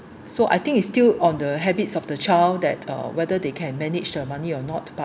so I think is still on the habits of the child that uh whether they can manage the money or not but